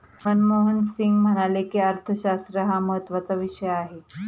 मनमोहन सिंग म्हणाले की, अर्थशास्त्र हा महत्त्वाचा विषय आहे